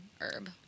Herb